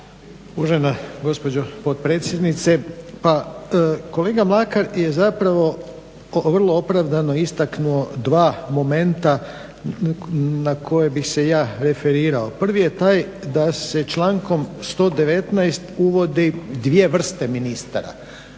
Uvažena gospođo potpredsjednice. Pa kolega Mlakar je zapravo vrlo opravdano istaknuo dva momenta na koja bih se ja referirao. Prvi je taj da se člankom 119. uvodi dvije vrste ministara.